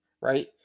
right